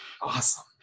awesome